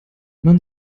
man